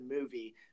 movie